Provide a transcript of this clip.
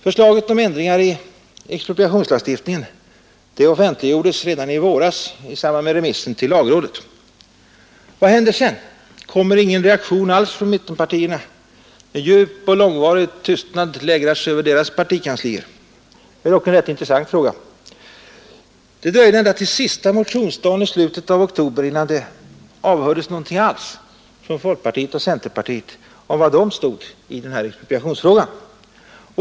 Förslaget om ändringar i expropriationslagstiftningen offentliggjordes redan i våras i samband med remissen till lagrådet. Vad hände sedan. Det kom ingen reaktion alls från mittenpartierna. En djup och långvarig tystnad lägrade sig över deras partikanslier. Detta är dock en rätt intressant fråga. Det dröjde ända till sista motionsdagen i slutet av oktober innan det avhördes någonting alls om var folkpartiet och centerpartiet stod i expropriationsfrågan.